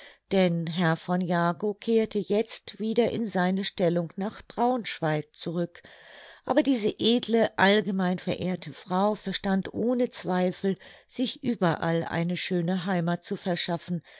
denn herr von jagow kehrte jetzt wieder in seine stellung nach braunschweig zurück aber diese edle allgemein verehrte frau verstand ohne zweifel sich überall eine schöne heimath zu schaffen